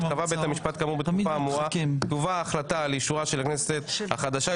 קבע בית המשפט כאמור בתקופה האמורה תובא ההחלטה לאישורה של הכנסת החדשה.